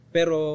Pero